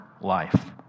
life